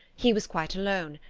he was quite alone,